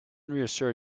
reassure